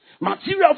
material